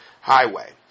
Highway